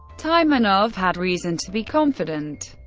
taimanov had reason to be confident.